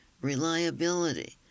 reliability